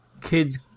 kids